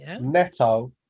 Neto